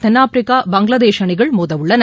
தென்னாப்பிரிக்கா பங்களாதேஷ் அணிகள் மோதவுள்ளன